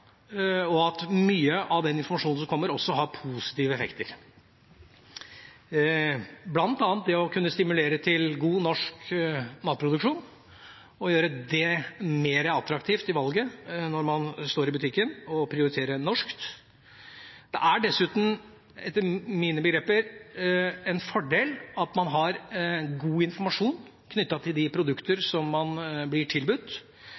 og at mye av den informasjonen som kommer, også har positive effekter, bl.a. det å kunne stimulere til god norsk matproduksjon og gjøre det mer attraktivt å velge å prioritere norsk når man står i butikken. Det er dessuten etter mine begreper en fordel at man har god informasjon knyttet til de produkter som man blir tilbudt,